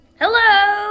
Hello